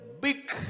big